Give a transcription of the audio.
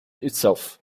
itself